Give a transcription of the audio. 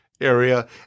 area